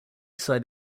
side